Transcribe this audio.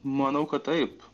manau kad taip